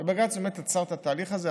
ובג"ץ באמת עצר את התהליך הזה,